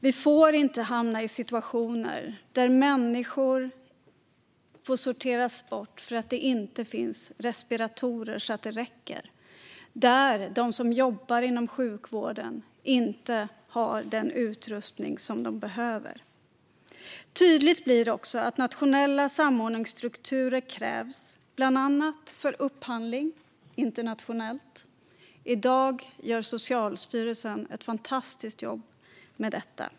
Vi får inte hamna i situationer där människor får sorteras bort för att det inte finns respiratorer så det räcker och där de som jobbar inom sjukvården inte har den utrustning de behöver. Tydligt blir också att nationella samordningsstrukturer krävs, bland annat för upphandling internationellt. I dag gör Socialstyrelsen ett fantastiskt jobb med detta.